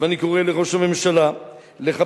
ואני קורא לראש הממשלה לחפש